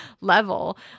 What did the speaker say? level